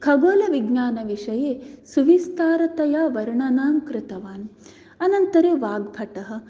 खगोलविज्ञानविषये सुविस्तारतया वर्णानां कृतवान् अनन्तरं वाग्भटः